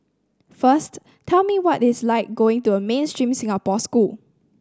first tell me what its like going to a mainstream Singapore school